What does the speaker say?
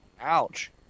ouch